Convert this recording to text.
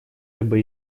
либо